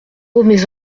mes